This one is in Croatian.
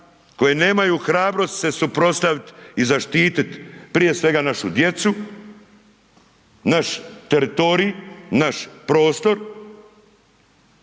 koje nemaju hrabrost se suprotstaviti i zaštiti, prije svega našu djecu, naš teritorij, naš prostor,